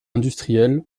industrielles